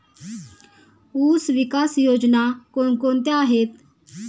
ऊसविकास योजना कोण कोणत्या आहेत?